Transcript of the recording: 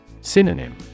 Synonym